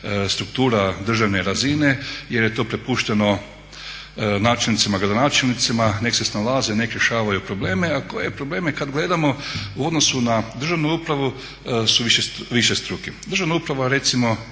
struktura državne razine jer je to prepušteno načelnicima i gradonačelnicima nek se snalaze, nek rješavaju probleme. A te probleme kad gledamo u odnosu na državnu upravu su višestruki. Državna uprava recimo